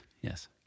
yes